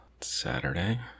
Saturday